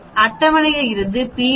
அட்டவணையில் இருந்து p 1